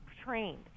trained